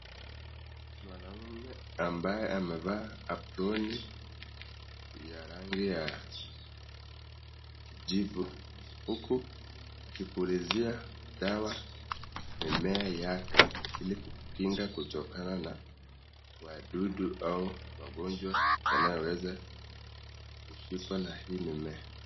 Mwanaume ambaye amevaa aproni ya rangi ya kijivu huku akipulizia dawa mimea yake ili kukinga kutokana na wadudu au magonjwa yanayoweza kushikwa na hii mimea.